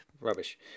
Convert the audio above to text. Rubbish